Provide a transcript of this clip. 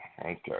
okay